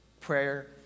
prayer